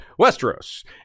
Westeros